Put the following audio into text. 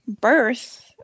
birth